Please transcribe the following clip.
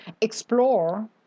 explore